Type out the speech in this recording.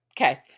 okay